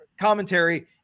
commentary